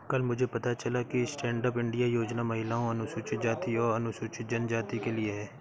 कल मुझे पता चला कि स्टैंडअप इंडिया योजना महिलाओं, अनुसूचित जाति और अनुसूचित जनजाति के लिए है